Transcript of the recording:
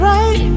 Right